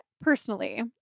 personally